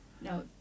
no